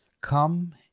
come